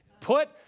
Put